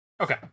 Okay